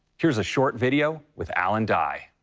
here's a short video with alan dye.